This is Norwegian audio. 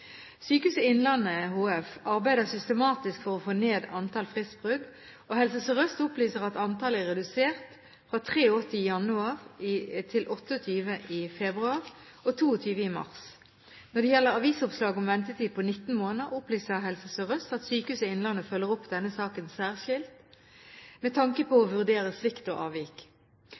Sykehuset Innlandet HF arbeider systematisk for å få ned antall fristbrudd, og Helse Sør-Øst opplyser at antallet er redusert, fra 83 i januar til 28 i februar og 22 i mars. Når det gjelder avisoppslaget om ventetid på 19 måneder, opplyser Helse Sør-Øst at Sykehuset Innlandet følger opp denne saken særskilt med tanke på å vurdere svikt og avvik.